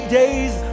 days